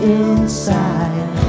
inside